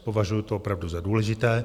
Považuji to opravdu za důležité.